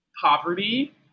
poverty